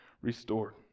restored